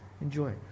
Enjoy